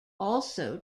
also